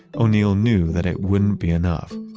o'neill knew that it wouldn't be enough.